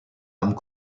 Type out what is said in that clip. âmes